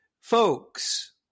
Folks